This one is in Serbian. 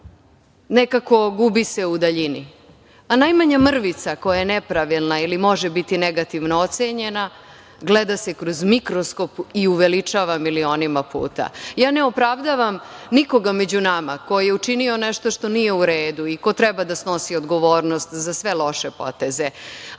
nekako gubi se u daljini, a najmanja mrvica koja je nepravilna ili može biti negativno ocenjena gleda se kroz mikroskop i uveličava milionima puta. Ne opravdavam nikoga među nama ko je učinio nešto što nije u redu, i ko treba da snosi odgovornost za sve loše poteze,